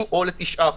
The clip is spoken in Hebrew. או ל-9 חודשים.